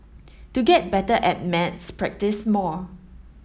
to get better at maths practise more